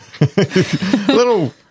little